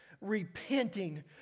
repenting